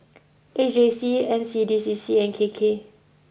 A J C N C D C C and K K